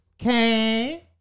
Okay